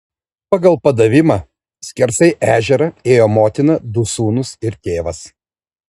pagal padavimą skersai ežerą ėjo motina du sūnūs ir tėvas